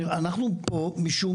אנחנו פה משום